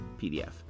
PDF